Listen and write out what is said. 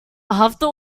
after